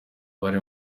bari